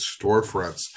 storefronts